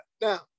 Now